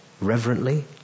Reverently